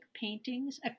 paintings